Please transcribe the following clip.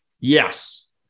Yes